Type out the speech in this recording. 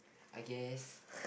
I guess